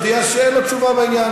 יש שר שהודיע שאין לו תשובה בעניין,